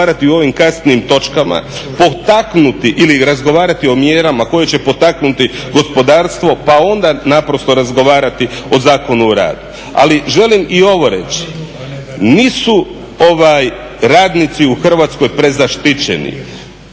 o ovim kasnijim točkama, potaknuti ili razgovarati o mjerama koje će potaknuti gospodarstvo pa onda naprosto razgovarati o Zakonu o radu. Ali želim i ovo reći, nisu radnici u Hrvatskoj prezaštićeni,